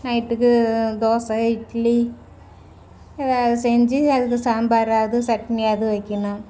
நைட்டுக்கு தோசை இட்லி ஏதாவுது செஞ்சு அதுக்கு சாம்பாராவது சட்னியாவது வைக்கணும்